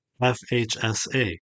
FHSA